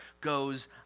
goes